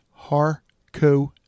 Harco